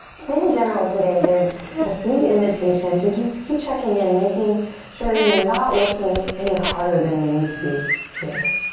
in general today there's a sweet invitation to just keep checking in, making sure you're not working any harder than you need to be here.